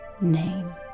name